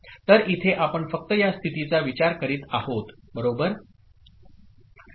तर इथे आपण फक्त या स्थितीचा विचार करीत आहोत बरोबर